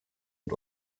und